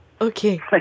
okay